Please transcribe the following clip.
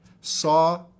saw